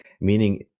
meaning